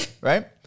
Right